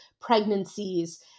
pregnancies